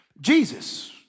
Jesus